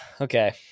okay